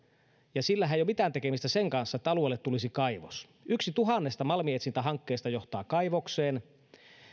sillähän ei ole mitään tekemistä sen kanssa että alueelle tulisi kaivos yksi tuhannesta malminetsintähankkeesta johtaa kaivokseen